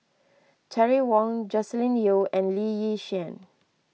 Terry Wong Joscelin Yeo and Lee Yi Shyan